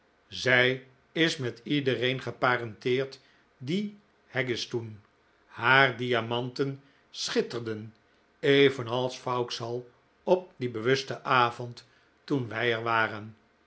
zij is met iedereen geparenteerd die haggistoun haar diamanten schitterden evenals vauxhall op dien bewusten avond toen wij er waren